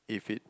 if it